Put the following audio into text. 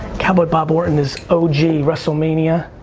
cowboy bob orton is og wrestlemania.